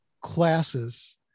classes